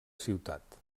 ciutat